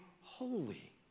holy